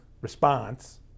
response